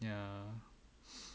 ya